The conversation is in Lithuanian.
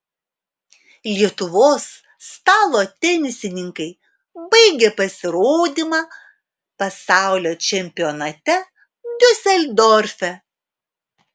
lietuvos stalo tenisininkai baigė pasirodymą pasaulio čempionate diuseldorfe